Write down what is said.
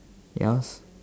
ya